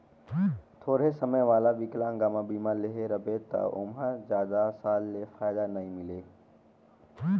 थोरहें समय वाला विकलांगमा बीमा लेहे रहबे त ओमहा जादा साल ले फायदा नई मिले